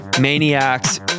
Maniacs